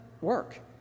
work